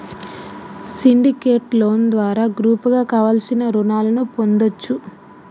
syndicate loan ద్వారా గ్రూపుగా కావలసిన రుణాలను పొందొచ్చు